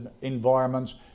environments